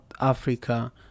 africa